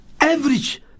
average